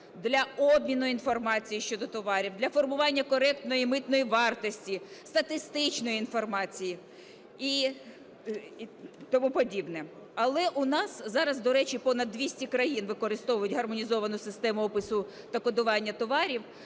для обміну інформацією щодо товарів, для формування коректної митної вартості, статистичної інформації і тому подібне. Але у нас зараз, до речі, понад 200 країн використовують Гармонізовану систему опису та кодування товарів.